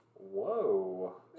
Whoa